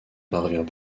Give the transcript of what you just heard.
parvient